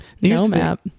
No-map